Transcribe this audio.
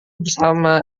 bersama